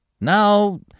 Now